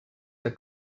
the